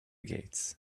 gates